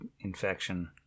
infection